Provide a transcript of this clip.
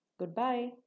Goodbye